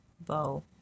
bow